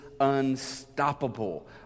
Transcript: unstoppable